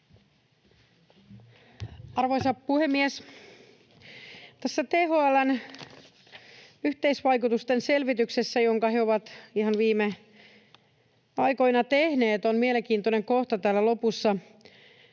Arvoisa puhemies! Tässä THL:n yhteisvaikutusten selvityksessä, jonka he ovat ihan viime aikoina tehneet, on mielenkiintoinen kohta täällä lopussa,